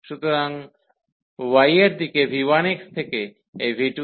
সুতরাং y এর দিকে v1x থেকে এই v2x